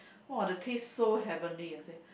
!wah! the taste so heavenly I said